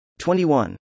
21